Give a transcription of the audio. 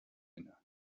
inne